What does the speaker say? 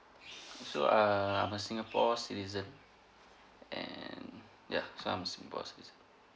so err I'm a singapore citizen and ya so I'm a singapore citizen